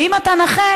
שאם אתה נכה,